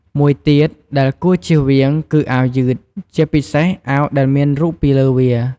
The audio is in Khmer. មួយទៀតដែលគួរជៀសវាង គឺអាវយឺត ជាពិសេសអាវដែលមានរូបពីលើវា។